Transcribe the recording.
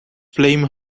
flame